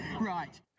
Right